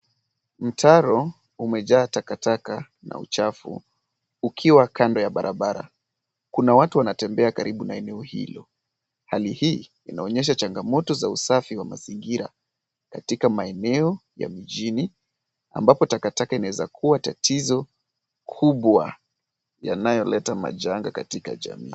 Mtaro umejaa takataka na uchafu, ukiwa kando ya barabara. Kuna watu wanatembea karibu na eneo hilo. Hali hii inaonyesha changamoto za usafi wa mazingira katika maeneo ya mijini, ambapo takataka inaweza kuwa tatizo kubwa, yanayoleta majanga katika jamii.